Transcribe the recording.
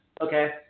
Okay